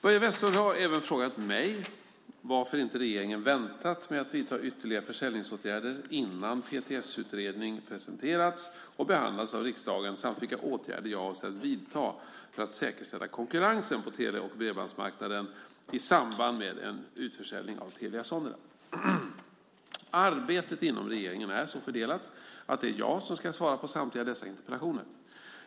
Börje Vestlund har även frågat mig varför inte regeringen väntat med att vidta ytterligare försäljningsåtgärder innan PTS utredning presenterats och behandlats av riksdagen samt vilka åtgärder jag avser att vidta för att säkerställa konkurrensen på tele och bredbandsmarknaden i samband med en utförsäljning av Telia Sonera. Arbetet inom regeringen är så fördelat att det är jag som ska svara på samtliga dessa interpellationer.